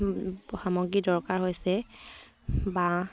সামগ্ৰী দৰকাৰ হৈছে বাঁহ